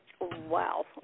Wow